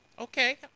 Okay